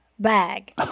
bag